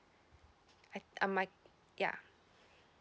I I might ya